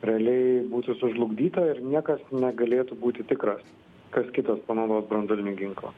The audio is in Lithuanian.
realiai būtų sužlugdyta ir niekas negalėtų būti tikras kas kitas panaudos branduolinį ginklą